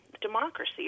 democracy